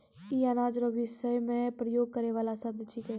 ई अनाज रो विषय मे प्रयोग करै वाला शब्द छिकै